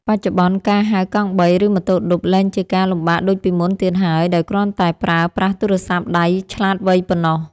បច្ចុប្បន្នការហៅកង់បីឬម៉ូតូឌុបលែងជាការលំបាកដូចពីមុនទៀតហើយដោយគ្រាន់តែប្រើប្រាស់ទូរស័ព្ទដៃឆ្លាតវៃប៉ុណ្ណោះ។